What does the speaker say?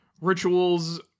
rituals